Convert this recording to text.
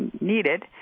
needed